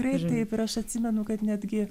tikrai taip ir aš atsimenu kad netgi